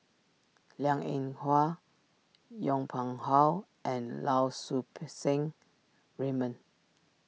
Liang Eng Hwa Yong Pung How and Lau Soup Seng Raymond